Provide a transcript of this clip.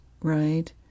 right